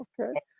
Okay